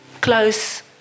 close